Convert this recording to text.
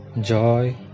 joy